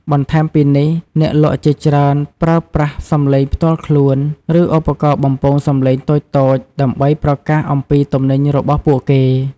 បន្ថែមពីនេះ អ្នកលក់ជាច្រើនប្រើប្រាស់សំឡេងផ្ទាល់ខ្លួន ឬឧបករណ៍បំពងសំឡេងតូចៗ ដើម្បីប្រកាសអំពីទំនិញរបស់ពួកគេ។